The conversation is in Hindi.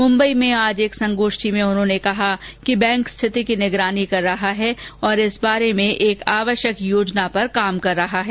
मुंबई में आज एक संगोष्ठी में उन्होंने कहा कि बैंक स्थिति की निगरानी कर रहा है और इस बारे में एक आवश्यक योजना पर काम कर रहा है